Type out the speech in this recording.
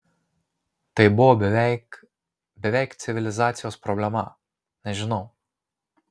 tai buvo beveik beveik civilizacijos problema nežinau